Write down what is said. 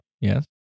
Yes